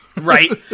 Right